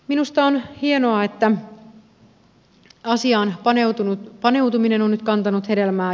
minusta on hienoa että asiaan paneutuminen on nyt kantanut hedelmää